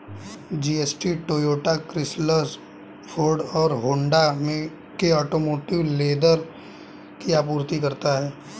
GST Toyota, Chrysler, Ford और Honda के automotive leather की आपूर्ति करता है